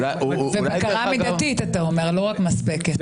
ובקרה מידתית, אתה אומר, לא רק מספקת.